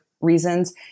reasons